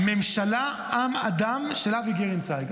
"ממשלה, עם, אדם", של אבי גרינצייג.